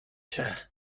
się